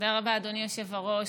תודה רבה, אדוני היושב-ראש.